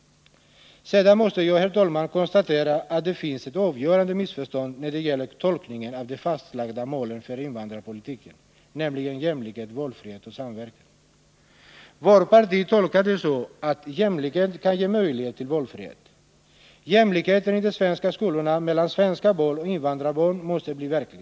Sedan måste jag, herr talman, konstatera att det råder ett avgörande missförstånd när det gäller tolkningen av de fastlagda målen för invandrarpolitiken, nämligen jämlikhet, valfrihet och samverkan. Vårt parti tolkar det så att jämlikheten skall ge möjlighet till valfrihet. Jämlikheten i de svenska skolorna mellan svenska barn och invandrarbarn måste bli verklig.